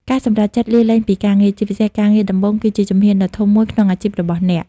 ការសម្រេចចិត្តលាលែងពីការងារ ជាពិសេសការងារដំបូង គឺជាជំហានដ៏ធំមួយក្នុងអាជីពរបស់អ្នក។